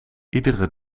iedere